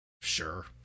Sure